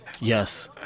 Yes